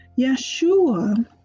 Yeshua